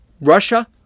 Russia